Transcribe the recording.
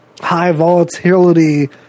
high-volatility